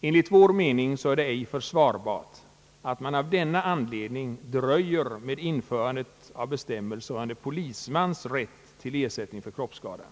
Enligt vår mening är det ej försvarbart att av denna anledning dröja med införandet av bestämmelser rörande polismans rätt till ersättning för kroppsskada.